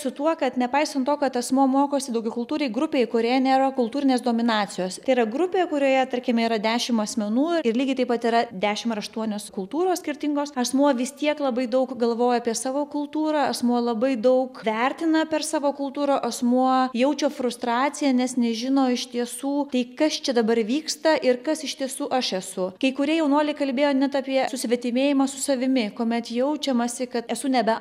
su tuo kad nepaisant to kad asmuo mokosi daugiakultūrėj grupėj kurioje nėra kultūrinės dominacijos tai yra grupė kurioje tarkime yra dešim asmenų ir lygiai taip pat yra dešim ar aštuonios kultūros skirtingos asmuo vis tiek labai daug galvoja apie savo kultūrą asmuo labai daug vertina per savo kultūrą asmuo jaučia frustraciją nes nežino iš tiesų tai kas čia dabar vyksta ir kas iš tiesų aš esu kai kurie jaunuoliai kalbėjo net apie susvetimėjimą su savimi kuomet jaučiamasi kad esu nebe